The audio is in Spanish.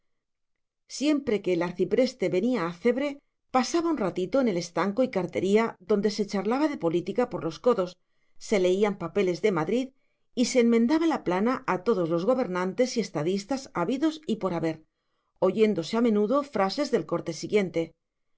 siempre que el arcipreste venía a cebre pasaba un ratito en el estanco y cartería donde se charlaba de política por los codos se leían papeles de madrid y se enmendaba la plana a todos los gobernantes y estadistas habidos y por haber oyéndose a menudo frases del corte siguiente